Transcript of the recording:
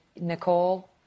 Nicole